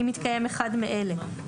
אם מתקיים אחד מאלה",